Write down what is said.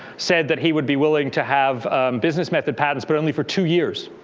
said that he would be willing to have business method patents, but only for two years.